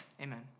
Amen